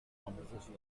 composition